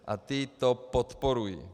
A tyto podporuji.